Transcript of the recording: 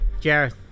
Jared